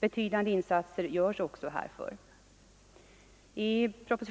Betydande insatser görs också härför. Även vid årets